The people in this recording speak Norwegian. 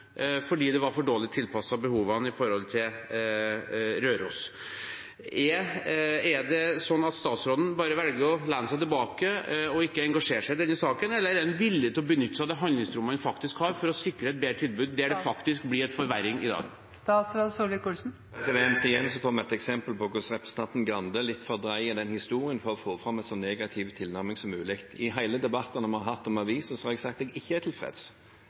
fordi det var for dårlig tilpasset behovene når det gjaldt Røros. Er det sånn at statsråden velger bare å lene seg tilbake og ikke engasjere seg i denne saken, eller er han villig til å benytte seg av det handlingsrommet han har, for å sikre et bedre tilbud der det faktisk blir en forverring i dag? Igjen får vi et eksempel på hvordan representanten Grande fordreier historien litt for å få fram en så negativ tilnærming som mulig. I alle debattene vi har hatt om aviser, har jeg sagt jeg ikke er tilfreds,